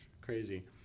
Crazy